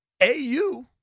AU